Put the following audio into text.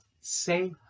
say